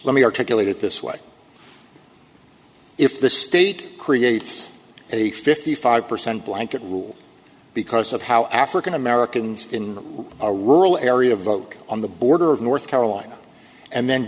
let me articulate it this way if the state creates a fifty five percent blanket rule because of how african americans in a rural area vote on the border of north carolina and then